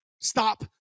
stop